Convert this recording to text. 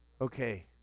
Okay